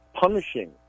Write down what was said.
punishing